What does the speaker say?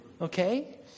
Okay